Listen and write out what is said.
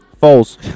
Falls